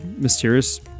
mysterious